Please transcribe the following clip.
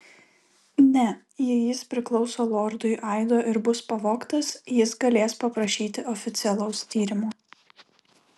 ne jei jis priklauso lordui aido ir bus pavogtas jis galės paprašyti oficialaus tyrimo